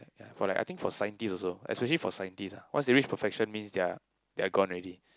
yea yea for like I think for scientist also especially for scientist ah once they reach perfection means they are they're gone already